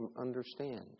understand